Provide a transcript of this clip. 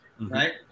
right